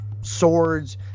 swords